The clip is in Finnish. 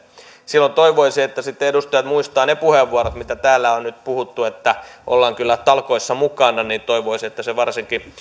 silloin toivoisi että sitten edustajat muistavat ne puheenvuorot mitä täällä on nyt puhuttu että ollaan kyllä talkoissa mukana ja toivoisi että se varsinkin